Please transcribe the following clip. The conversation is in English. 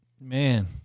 Man